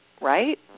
right